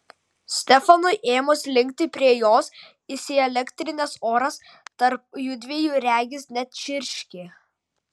stefanui ėmus linkti prie jos įsielektrinęs oras tarp jųdviejų regis net čirškė